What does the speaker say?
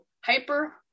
Hyper